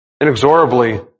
inexorably